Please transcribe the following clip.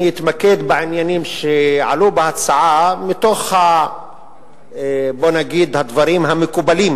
אני אתמקד בעניינים שעלו בהצעה מתוך הדברים המקובלים,